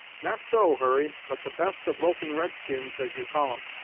not so, hurry, but the best of loping red-skins, as you call em.